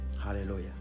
hallelujah